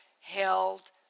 held